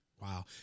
Wow